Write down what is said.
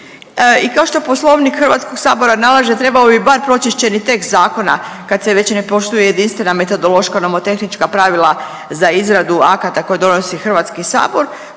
I kao što Poslovnik Hrvatskog sabora nalaže trebalo bi bar pročišćeni tekst zakona kad se već ne poštuje jedinstvena metodološka nomotehnička pravila za izradu akata koje donosi Hrvatski sabor,